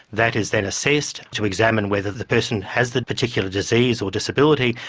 that is then assessed to examine whether the person has the particular disease or disability,